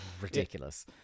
ridiculous